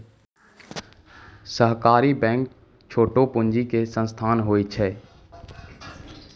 सहकारी बैंक छोटो पूंजी के संस्थान होय छै